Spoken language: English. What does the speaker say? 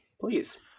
Please